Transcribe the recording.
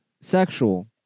Sexual